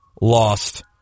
lost